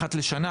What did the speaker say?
אחת לשנה,